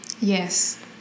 Yes